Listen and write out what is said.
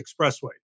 Expressway